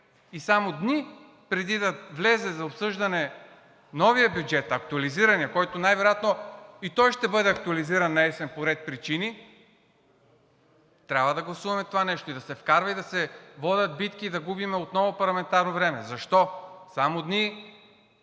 И само дни преди да влезе за обсъждане новият бюджет, актуализираният, който най-вероятно ще бъде актуализиран наесен по ред причини, трябва да гласуваме това нещо и да се вкара, и да се водят битки, и да губим отново парламентарно време. Защо? Само дни